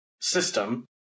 system